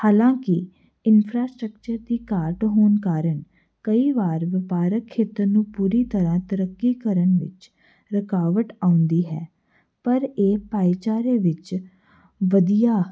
ਹਾਲਾਂਕਿ ਇਨਫਰਾਸਟਰਕਚਰ ਦੀ ਘਾਟ ਹੋਣ ਕਾਰਨ ਕਈ ਵਾਰ ਵਪਾਰਕ ਖੇਤਰ ਨੂੰ ਪੂਰੀ ਤਰ੍ਹਾਂ ਤਰੱਕੀ ਕਰਨ ਵਿੱਚ ਰੁਕਾਵਟ ਆਉਂਦੀ ਹੈ ਪਰ ਇਹ ਭਾਈਚਾਰੇ ਵਿੱਚ ਵਧੀਆ